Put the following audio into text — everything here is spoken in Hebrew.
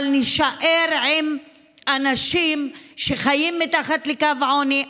אבל נישאר עם אנשים שחיים מתחת לקו העוני,